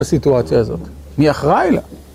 בסיטואציה הזאת, מי אחראי לה?